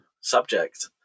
subject